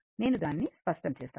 నేను దానిని స్పష్టం చేస్తాను